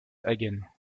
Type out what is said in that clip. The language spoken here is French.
hagen